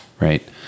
right